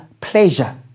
pleasure